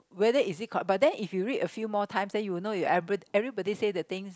whether is it called but then if you read a few more times then you will know you every everybody say the things